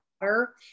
water